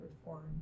reform